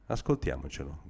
Ascoltiamocelo